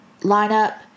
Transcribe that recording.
lineup